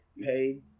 paid